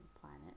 planet